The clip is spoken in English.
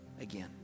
again